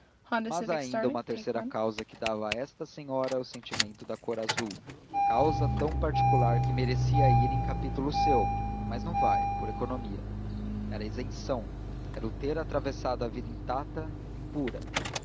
mas há ainda uma terceira causa que dava a esta senhora o sentimento da cor azul causa tão particular que merecia ir em capítulo seu mas não vai por economia era a isenção era o ter atravessado a vida intacta e pura